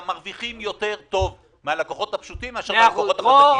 מרוויחים יותר טוב מהלקוחות הפשוטים מאשר מהלקוחות החזקים.